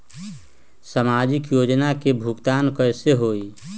समाजिक योजना के भुगतान कैसे होई?